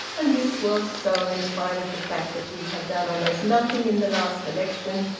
and this was so in spite of the fact that he had done almost nothing in the last election,